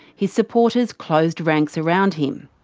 his supporters closed ranks around him.